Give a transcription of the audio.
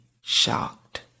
shocked